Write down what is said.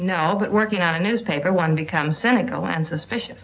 that working at a newspaper one become cynical and suspicious